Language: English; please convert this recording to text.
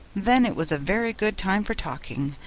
then it was a very good time for talking,